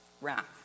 wrath